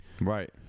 Right